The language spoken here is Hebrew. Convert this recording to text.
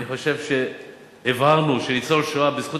אני חושב שהבהרנו שניצול שואה מקבל בזכות